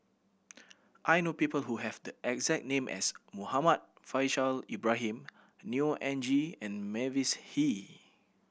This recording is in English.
I know people who have the exact name as Muhammad Faishal Ibrahim Neo Anngee and Mavis Hee